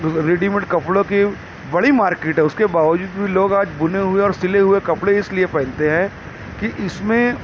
ready made کپڑوں کی بڑی مارکیٹ ہے اس کے باوجود بھی لوگ آج بنے ہوئے اور سلے ہوئے کپڑے اس لیے پہنتے ہیں کہ اس میں